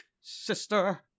sister